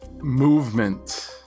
Movement